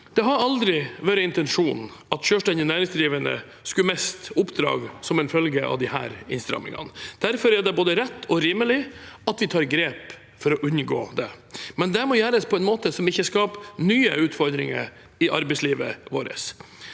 Det har aldri vært intensjonen at selvstendig næringsdrivende skulle miste oppdrag som følge av disse innstrammingene. Derfor er det både rett og rimelig at vi tar grep for å unngå det, men det må gjøres på en måte som ikke skaper nye utfordringer i arbeidslivet vårt.